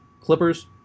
Clippers